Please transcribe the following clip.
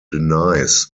denies